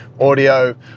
audio